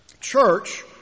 church